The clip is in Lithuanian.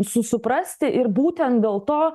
su suprasti ir būtent dėl to